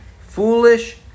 foolish